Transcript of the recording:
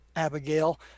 abigail